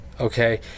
okay